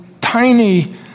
tiny